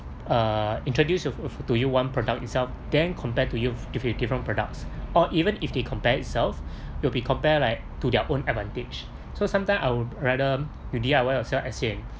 uh introduce to you one product itself then compare to you with different different products or even if they compare itself it'll be compare like to their own advantage so sometimes I would rather you D_I_Y yourself as in